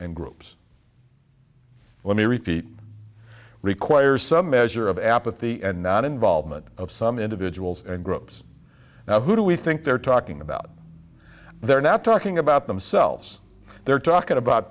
and groups let me repeat requires some measure of apathy and not involvement of some individuals and groups now who do we think they're talking about they're not talking about themselves they're talking about